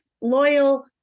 loyal